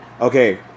okay